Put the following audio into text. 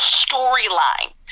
storyline